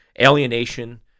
Alienation